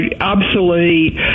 obsolete